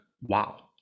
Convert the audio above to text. wow